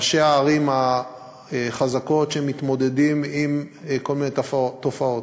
ראשי הערים החזקות שמתמודדים עם כל מיני תופעות.